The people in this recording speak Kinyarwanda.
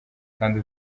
kandi